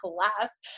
class